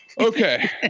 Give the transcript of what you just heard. okay